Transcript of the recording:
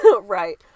Right